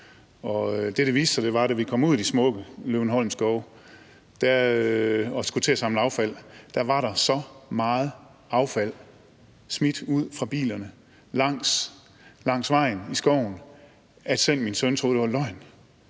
Og det viste sig, da vi kom ud i den smukke Løvenholm Skov og skulle til at samle affald, var der så meget affald smidt ud fra bilerne langs vejen i skoven, at selv min søn troede, at det var løgn.